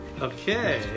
Okay